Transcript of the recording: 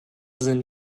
sind